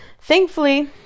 thankfully